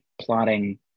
plotting